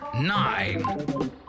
nine